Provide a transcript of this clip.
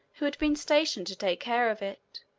who had been stationed to take care of it.